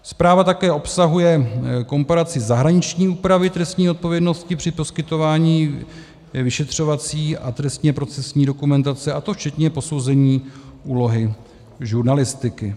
Zpráva také obsahuje komparaci zahraniční úpravy trestní odpovědnosti při poskytování vyšetřovací a trestněprocesní dokumentace, a to včetně posouzení úlohy žurnalistiky.